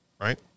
right